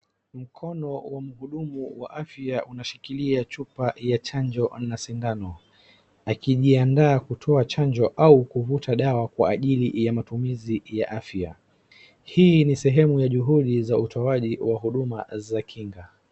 Mkono wa mhudumu wa afya unashikilia chupa ya chanjo na sindano. Akijiandaa kutoa chanjo au kuvuta dawa kwa ajili ya matumizi ya afya. Hii ni sehemu ya juhudi za utoaji wa huduma za kinga.